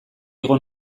igo